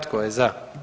Tko je za?